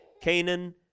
Canaan